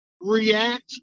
react